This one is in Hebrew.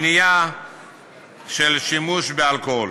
ומניעה של שימוש באלכוהול.